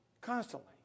constantly